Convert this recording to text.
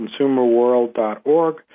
consumerworld.org